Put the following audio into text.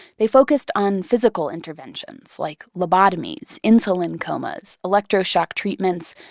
they focused on physical interventions like lobotomies, insulin comas, electroshock treatments,